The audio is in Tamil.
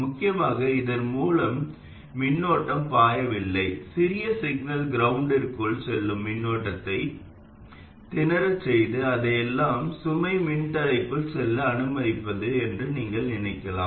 முக்கியமாக இதன் மூலம் மின்னோட்டம் பாயவில்லை சிறிய சிக்னல் கிரவுண்டிற்குள் செல்லும் மின்னோட்டத்தை மூச்சுத் திணறச் செய்து அதையெல்லாம் சுமை மின்தடைக்குள் செல்ல அனுமதிப்பது என்று நீங்கள் நினைக்கலாம்